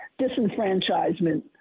disenfranchisement